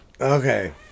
Okay